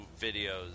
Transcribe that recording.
videos